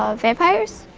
ah vampires?